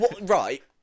Right